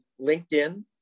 LinkedIn